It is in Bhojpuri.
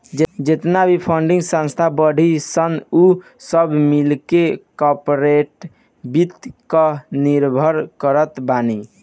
जेतना भी फंडिंग संस्था बाड़ीन सन उ सब मिलके कार्पोरेट वित्त कअ निर्माण करत बानी